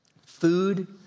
Food